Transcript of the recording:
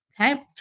Okay